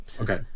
Okay